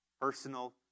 personal